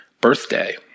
birthday